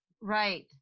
Right